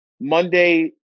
Monday